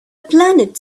planet